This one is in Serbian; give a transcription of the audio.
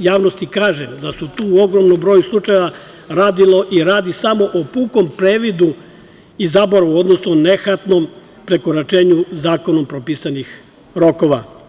javnosti kažem da su tu u ogromnom broju slučajeva radilo i radi samo o pukom previdu i zaboravu, odnosno nehatnom prekoračenju zakonom propisanih rokova.